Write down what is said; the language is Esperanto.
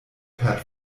per